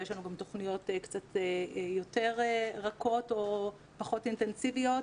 ויש לנו גם תכניות יותר רכות או פחות אינטנסיביות,